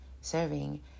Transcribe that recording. serving